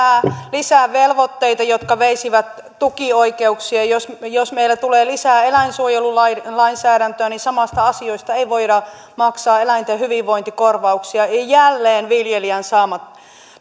lisää velvoitteita jotka veisivät tukioikeuksia jos meille tulee lisää eläinsuojelulainsäädäntöä niin samoista asioista ei voida maksaa eläinten hyvinvointikorvauksia ja ja jälleen viljelijän saamat